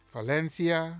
Valencia